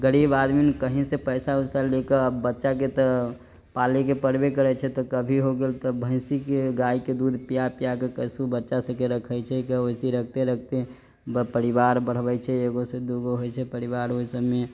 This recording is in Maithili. गरीब आदमी कहीँसँ पइसा वइसा लऽ कऽ बच्चाके तऽ पालैके पड़बे करै छै तऽ कभी हो गेल तऽ भैँसीके गाइके दूध पिआ पिआके कइसेहू बच्चा सबके रखै छै ओहिसँ रखिते रखिते सब परिवार बढ़बै छै एगोसँ दूगो होइ छै परिवार ओहि सबमे